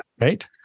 right